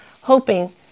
hoping